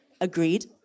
Agreed